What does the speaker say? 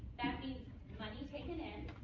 that means money taken in.